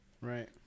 Right